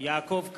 יעקב כץ,